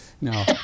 no